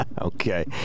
Okay